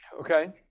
Okay